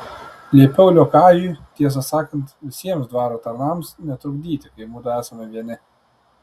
liepiau liokajui tiesą sakant visiems dvaro tarnams netrukdyti kai mudu esame vieni